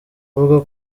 avuga